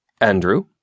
Andrew